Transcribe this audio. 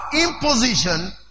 imposition